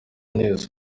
neza